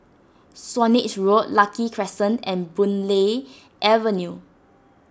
Swanage Road Lucky Crescent and Boon Lay Avenue